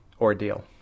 ordeal